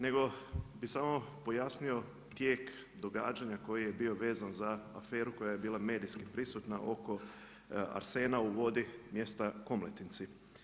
Nego bih samo pojasnio tijek događaja koji je bio vezan za aferu koja je bila medijski prisutna oko arsena u vodi, mjesta Komletinci.